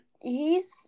he's-